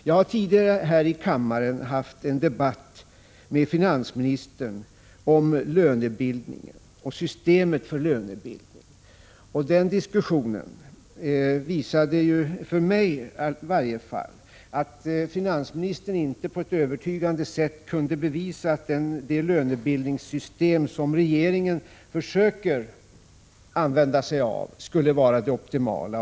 Jag har tidigare här i kammaren haft en debatt med finansministern om lönebildningen och systemet för lönebildning, och den diskussionen visade — för mig i varje fall — att finansministern inte på ett övertygande sätt kunde bevisa att det lönebildningssystem som regeringen försöker använda sig av skulle vara det optimala.